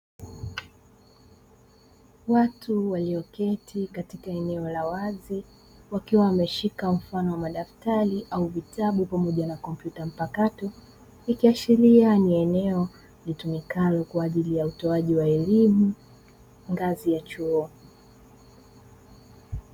Watu walioketi katika eneo la wazi, wakiwa wameshika mfano wa madaftari au vitabu pamoja na kompyuta mpakato; ikiashiria ni eneo litumikalo kwa ajili ya utoaji wa elimu ngazi ya chuo.